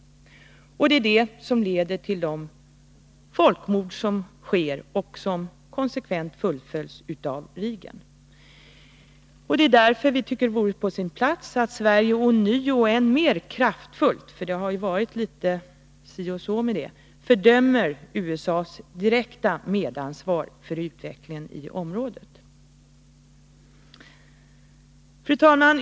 Detta leder till de folkmord som sker och som konsekvent fullföljs av Reagan. Det är därför som vi tycker att det vore på sin " platsatt Sverige ånyo och mer kraftfullt — det har varit litet si och så med det — fördömer USA:s direkta medansvar för utvecklingen i området. Fru talman!